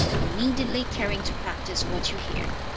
immediately carry into practice what you hear